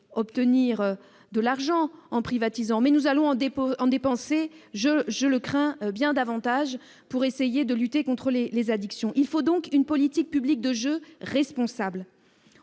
obtenir de l'argent en privatisant, mais je crains que nous n'en dépensions bien davantage pour essayer de lutter contre les addictions. Il faut donc une politique publique de jeu responsable.